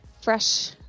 Fresh